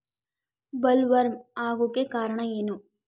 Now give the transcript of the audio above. Bollworm ಆಗೋಕೆ ಕಾರಣ ಏನು?